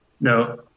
No